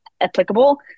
applicable